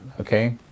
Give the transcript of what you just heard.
okay